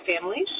Families